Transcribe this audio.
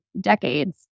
decades